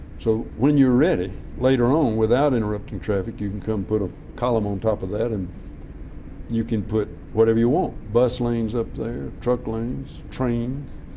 so when you're ready later on without interrupting traffic you can come put a column on top of that and you can put whatever you want. bus lanes up there, truck lanes, trains,